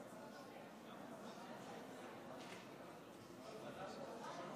רבותיי חברי הכנסת,